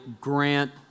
Grant